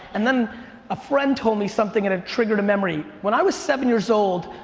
and then a friend told me something and it triggered a memory. when i was seven years-old,